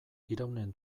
iraunen